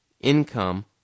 income